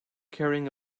carrying